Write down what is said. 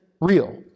real